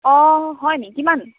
অঁ হয় নেকি কিমান